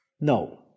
No